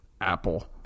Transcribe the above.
Apple